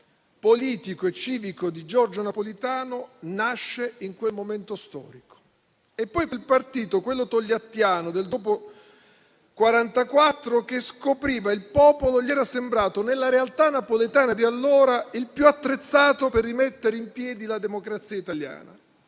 politico e civico di Giorgio Napolitano nacque in quel momento storico e poi quel partito, quello togliattiano, che dopo il 1944 scopriva il popolo, gli era sembrato nella realtà napoletana di allora il più attrezzato per rimettere in piedi la democrazia italiana.